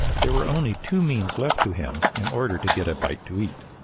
there were only two means left to him in order to get a bite to eat.